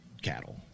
cattle